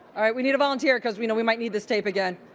all right, we need a volunteer because we we might need this tape again.